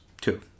Two